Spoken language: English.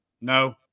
no